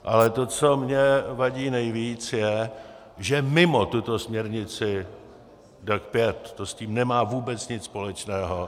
Ale to, co mně vadí nejvíc, je, že mimo tuto směrnici DAC 5 to s tím nemá vůbec nic společného.